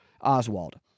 Oswald